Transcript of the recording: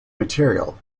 material